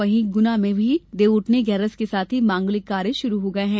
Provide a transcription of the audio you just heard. वहीं गुना में भी देवउठनी ग्यारस के साथ ही मांगलिक कार्य शुरू हो गये हैं